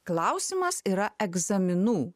klausimas yra egzaminų